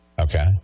Okay